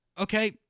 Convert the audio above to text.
Okay